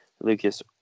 Lucas